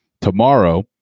Tomorrow